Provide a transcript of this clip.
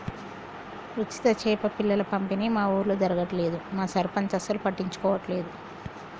ఉచిత చేప పిల్లల పంపిణీ మా ఊర్లో జరగట్లేదు మా సర్పంచ్ అసలు పట్టించుకోవట్లేదు